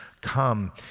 come